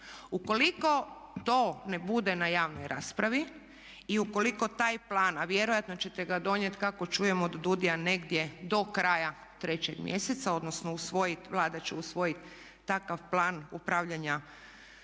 Ukoliko to ne bude na javnoj raspravi i ukoliko taj plan, a vjerojatno ćete ga donijeti kako čujem od DUDI-a do kraja 3. mjeseca odnosno usvojiti, Vlada će usvojiti takav plan upravljanja